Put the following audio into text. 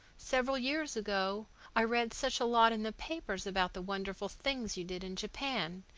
several years ago i read such a lot in the papers about the wonderful things you did in japan,